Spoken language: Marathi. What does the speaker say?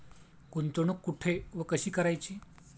गुंतवणूक कुठे व कशी करायची?